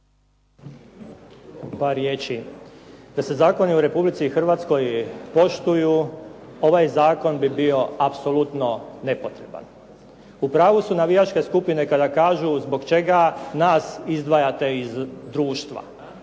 Par riječi. Da se zakoni u Republici Hrvatskoj poštuju ovaj zakon bi bio apsolutno nepotreban. U pravu su navijačke skupine koje kažu zbog čega nas izdvajate iz društva.